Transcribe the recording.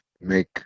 make